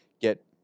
get